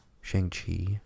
Shang-Chi